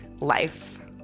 life